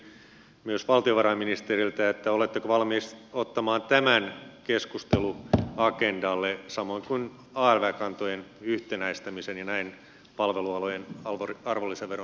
kysyisinkin myös valtiovarainministeriltä oletteko valmis ottamaan tämän keskusteluagendalle samoin kuin alv kantojen yhtenäistämisen ja näin palvelualojen arvonlisäveron alentamisen